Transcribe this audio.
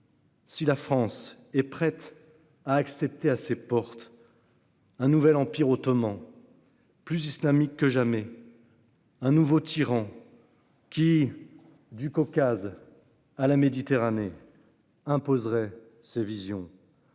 et la France sont prêtes à accepter, à leurs portes, un nouvel empire ottoman, plus islamique que jamais, un nouveau tyran qui, du Caucase à la Méditerranée, imposerait ses visions.